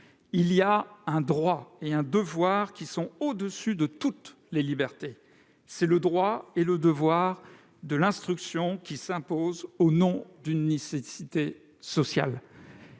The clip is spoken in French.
un droit et un devoir qui sont au-dessus de toutes les libertés : c'est le droit et le devoir de l'instruction qui s'imposent au nom d'une nécessité sociale.